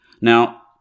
now